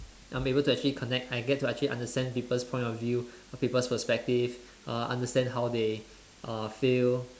I'm able to actually connect I get to actually understand people's point of view people's perspective err understand how they uh feel